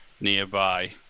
nearby